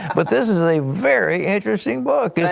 but this is a very interesting book. yeah